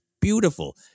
beautiful